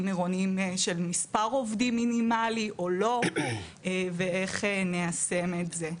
עירוניים של מספר עובדים מינימליים או לא ואיך ניישם את זה.